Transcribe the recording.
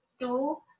Two